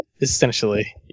Essentially